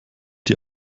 die